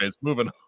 moving